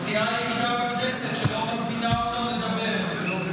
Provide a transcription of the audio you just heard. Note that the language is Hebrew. הסיעה היחידה בכנסת שלא מזמינה אותן לדבר.